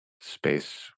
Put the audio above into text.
space